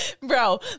Bro